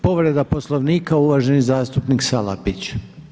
Povreda Poslovnika uvaženi zastupnik Salapić.